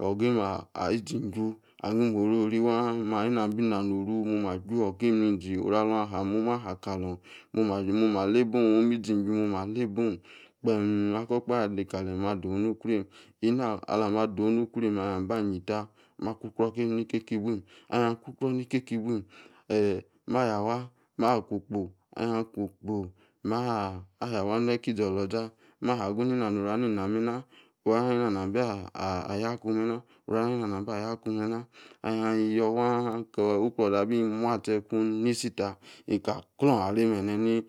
ogar-eim ah-ah-zim-ju, ahnim orori waaah mani-nambi nanoruh, momah-chwior-ogeim nizij oru-aluan ha, moh-mah hakalorn, mo-mah, momali leibohn, kpeem omizim-jú mo-mah leibohn, Kpeem akor-okpahe adeikalem mah doh-nu-krueim. einay alamah dosh nukrueim meh alabah nyeita ma-kukruor nikeckiblim, mnia kukruor nikeikibwuin eeh mah-yah, mah-kwo-kpo, ahin ah-kwo-kpo, maah ah-wah nikizorlorzah mah-hagun nini neina noranah inah-meh-nah, orah neina Ana namba-yakun meh natı, orah-nah neina mamba yokun meh-nah, ahia yor-waah, kor-ku-Kruor oloza abi muaje-tah, kun nisi tah, nika clon-areimei-meh neh nii